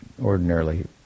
ordinarily